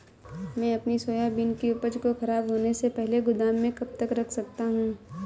मैं अपनी सोयाबीन की उपज को ख़राब होने से पहले गोदाम में कब तक रख सकता हूँ?